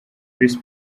chris